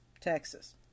Texas